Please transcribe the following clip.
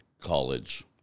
college